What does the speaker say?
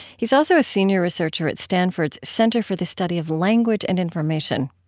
he's also a senior researcher at stanford's center for the study of language and information.